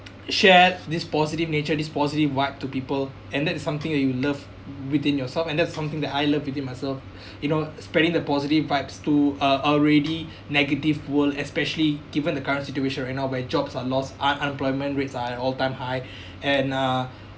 share this positive nature this positive vibe to people and that's something that you love within yourself and that's something that I love within myself you know spreading the positive vibes to uh already negative world especially given the current situation right now where jobs are lost un~ unemployment rates are at all time high and uh